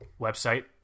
website